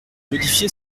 modifié